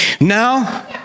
now